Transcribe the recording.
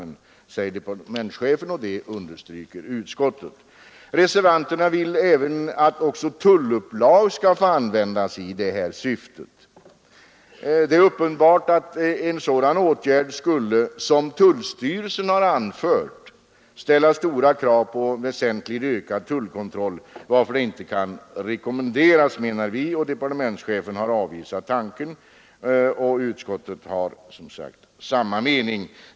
Detta framhålles av departementschefen och understryks också av utskottet. Reservanterna vill att också tullupplag skall få användas i det här syftet. Det är uppenbart att en sådan åtgärd skulle, som tullstyrelsen har anfört, ställa stora krav på väsentligt ökad tullkontroll, varför den inte kan rekommenderas. Departementschefen har avvisat tanken, och utskottet har samma mening.